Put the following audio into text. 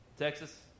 Texas